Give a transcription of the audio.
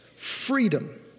Freedom